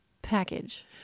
Package